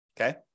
Okay